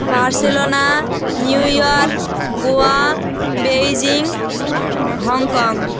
Barcelona New York Goa Beijing Hong Kong